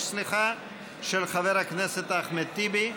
של חבר הכנסת אחמד טיבי.